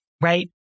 right